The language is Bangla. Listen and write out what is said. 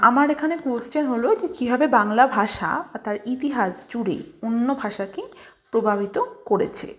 আমার এখানে কোয়েশ্চেন হলো কী কীভাবে বাংলা ভাষা তার ইতিহাস জুড়ে অন্য ভাষাকে প্রভাবিত করেছে